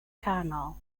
canol